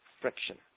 friction